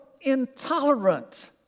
intolerant